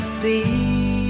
see